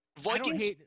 Vikings